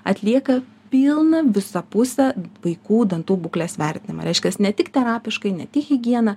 atlieka pilną visapusę vaikų dantų būklės vertinimą reiškiasi ne tik terapiškai ne tik higieną